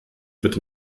wird